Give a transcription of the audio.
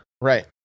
Right